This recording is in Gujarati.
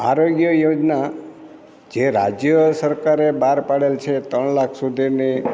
આરોગ્ય યોજના જે રાજ્ય સરકારે બહાર પાડેલ છે ત્રણ લાખ સુધીની